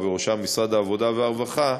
ובראשם משרד העבודה והרווחה,